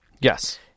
Yes